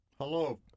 Hello